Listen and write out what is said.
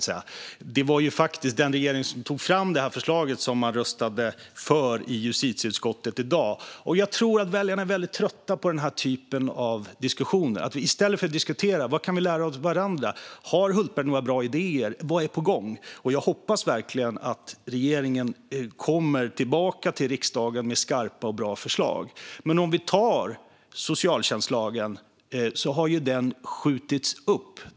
Men det var faktiskt den regeringen som tog fram förslaget som man röstade för i justitieutskottet i dag. Jag tror att väljarna är väldigt trötta på den här typen av diskussioner. I stället bör vi prata om vad vi kan lära av varandra. Har Hultberg några bra idéer? Vad är på gång? Jag hoppas verkligen att regeringen kommer tillbaka till riksdagen med skarpa och bra förslag. Vi kan ta socialtjänstlagen som exempel. Den har skjutits upp.